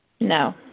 No